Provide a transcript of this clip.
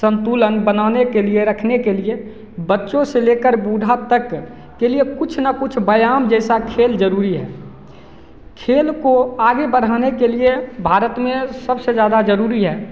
संतुलन बनाने के लिए रखने के लिए बच्चों से लेकर बूढ़ा तक के लिए कुछ न कुछ व्यायाम जैसा खेल ज़रूर है खेल को आगे बढ़ाने के लिए भारत में सबसे ज्यादा ज़रूरी है